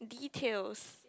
details